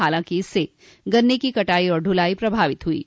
हालांकि इससे गन्ने की कटाई और ढुलाई प्रभावित हुई है